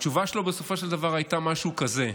התשובה שלו בסופו של דבר הייתה משהו כזה: